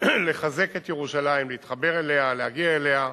לחזק את ירושלים, להתחבר אליה, להגיע אליה.